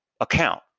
account